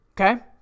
Okay